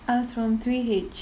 I was from three_H